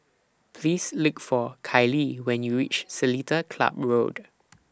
Please Look For Kayli when YOU REACH Seletar Club Road